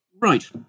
Right